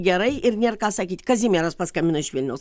gerai ir nėr ką sakyt kazimieras paskambino iš vilniaus